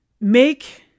make